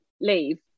leave